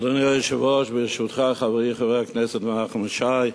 אדוני היושב-ראש, ברשותך, חברי חבר הכנסת נחמן שי,